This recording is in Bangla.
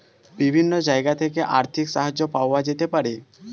বিভিন্ন জায়গা থেকে আর্থিক সাহায্য পাওয়া যেতে পারে